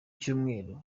cyumweru